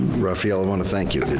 raphael, i want to thank you.